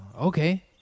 Okay